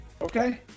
Okay